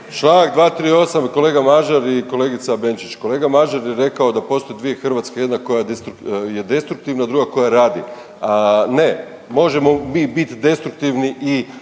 Članak 238. kolega Mažar i kolegica Benčić. Kolega Mažar je rekao da postoje dvije Hrvatske jedna koja je destruktivna, druga koja radi. Ne, možemo mi bit destruktivni i